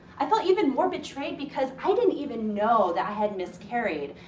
i felt even more betrayed because i didn't even know that i had miscarried.